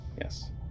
Yes